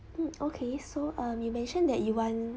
mm okay so um you mentioned that you want